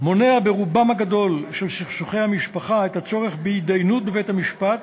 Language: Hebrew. מונע ברובם הגדול של סכסוכי המשפחה את הצורך בהתדיינות בבית-המשפט